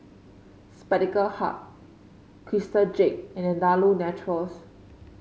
Spectacle Hut Crystal Jade and Andalou Naturals